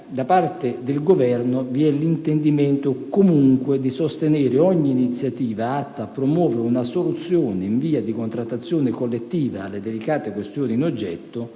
da parte del Governo vi è l'intendimento, comunque, di sostenere ogni iniziativa atta a promuovere una soluzione in via di contrattazione collettiva alle delicate questioni in oggetto,